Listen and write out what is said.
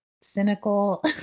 cynical